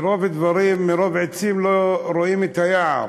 מרוב עצים לא רואים את היער.